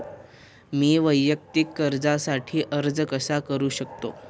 मी वैयक्तिक कर्जासाठी अर्ज कसा करु शकते?